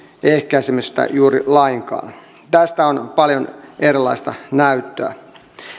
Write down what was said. ehkäisemistä juuri lainkaan tästä on paljon erilaista näyttöä